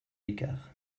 écart